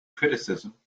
criticism